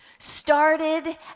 started